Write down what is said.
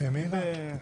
ובמאגר מידע,